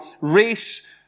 race